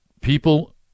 people